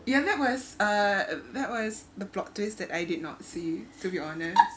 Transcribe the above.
you and that was a that was the plot twist that I did not see to be honest